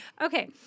Okay